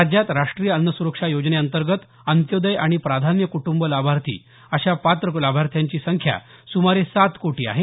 राज्यात राष्ट्रीय अन्नसुरक्षा योजनेअंतर्गत अंत्योदय आणि प्राधान्य कुटुंब लाभार्थी अशा पात्र लाभार्थ्यांची संख्या सुमारे सात कोटी आहे